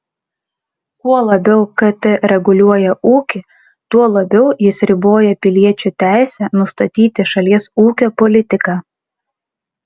kuo labiau kt reguliuoja ūkį tuo labiau jis riboja piliečių teisę nustatyti šalies ūkio politiką